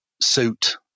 suit